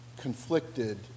conflicted